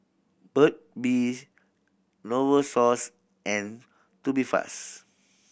Burt's Bee Novosource and Tubifast